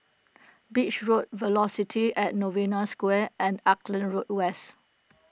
Beach Road Velocity at Novena Square and Auckland Road West